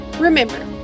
Remember